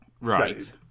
Right